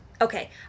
Okay